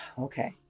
Okay